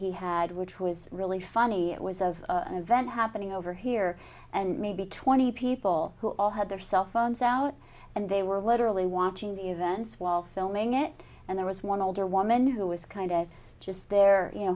he had which was really funny it was of an event happening over here and maybe twenty people who all had their cell phones out and they were literally watching the events while filming it and there was one older woman who was kind of just there you